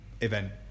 event